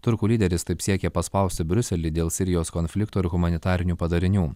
turkų lyderis taip siekė paspausti briuselį dėl sirijos konflikto ir humanitarinių padarinių